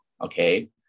okay